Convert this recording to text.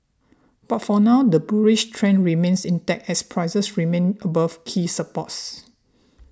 but for now the bullish trend remains intact as prices remain above key supports